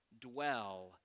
dwell